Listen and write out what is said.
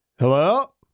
Hello